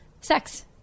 Sex